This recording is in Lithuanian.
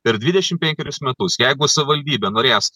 per dvidešim penkerius metus jeigu savivaldybė norės